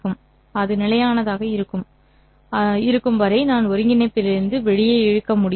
எனவே அது நிலையானதாக இருக்கும் வரை நான் ஒருங்கிணைப்பிலிருந்து வெளியே இழுக்க முடியும்